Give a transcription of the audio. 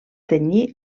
tenyir